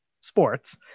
sports